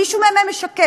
מישהו מהם משקר.